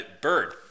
Bird